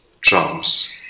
drums